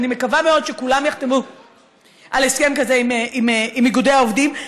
אני מקווה מאוד שכולם יחתמו על הסכם כזה עם איגודי העובדים,